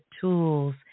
tools